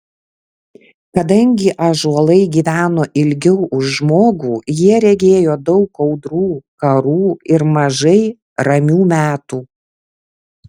kadangi ąžuolai gyveno ilgiau už žmogų jie regėjo daug audrų karų ir mažai ramių metų